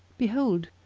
behold,